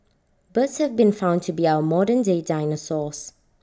birds have been found to be our modern day dinosaurs